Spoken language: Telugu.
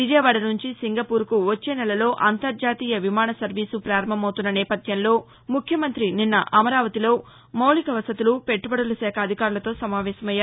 విజయవాడ నుంచి సింగపూర్కు వచ్చే నెలలో అంతర్జాతీయ విమాన సర్వీసు ప్రారంభమవుతున్న నేపథ్యంలో ముఖ్యమంతి నిన్న అమరావతిలో మౌలిక వసతులు పెట్టుబడుల శాఖ అధికారులతో సమావేశమయ్యారు